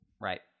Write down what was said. Right